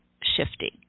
shifting